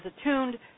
attuned